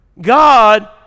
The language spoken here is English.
God